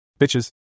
Bitches